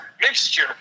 mixture